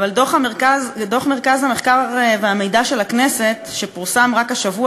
אבל דוח מרכז המחקר והמידע של הכנסת שפורסם רק השבוע,